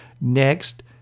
Next